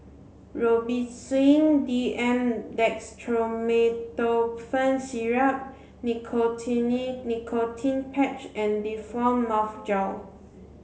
Robitussin D M Dextromethorphan Syrup Nicotinell Nicotine Patch and Difflam Mouth Gel